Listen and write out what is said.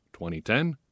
2010